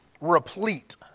replete